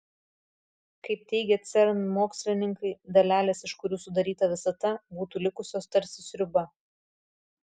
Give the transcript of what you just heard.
kaip teigia cern mokslininkai dalelės iš kurių sudaryta visata būtų likusios tarsi sriuba